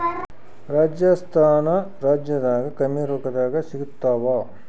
ರಾಜಸ್ಥಾನ ರಾಜ್ಯದಾಗ ಕಮ್ಮಿ ರೊಕ್ಕದಾಗ ಸಿಗತ್ತಾವಾ?